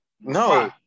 No